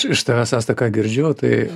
iš tavęs asta ką girdžiu tai